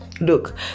Look